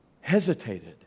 hesitated